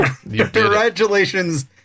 Congratulations